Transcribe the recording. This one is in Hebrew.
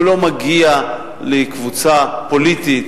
הוא לא מגיע לקבוצה פוליטית.